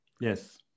Yes